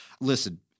Listen